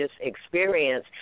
experience